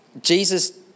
jesus